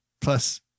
Plus